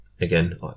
again